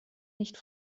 nicht